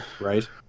right